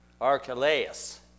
Archelaus